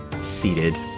seated